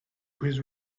his